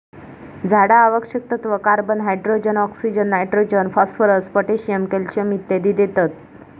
झाडा आवश्यक तत्त्व, carbon, hydrogen, oxygen, nitrogen, phosphorus, potassium, calcium इत्यादी देतत